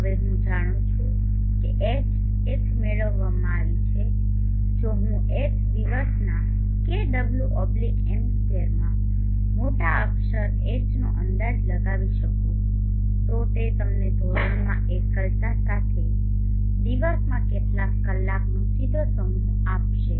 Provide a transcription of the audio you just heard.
હવે હું જાણું છું કે H H મેળવવામાં આવી છે જો હું H દિવસના kWm2 માં મોટા અક્ષર Hનો અંદાજ લગાવી શકું છું તો તે તમને ધોરણમાં એકલતા સાથે દિવસમાં કેટલા કલાકનો સીધો મૂલ્ય આપશે